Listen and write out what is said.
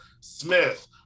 Smith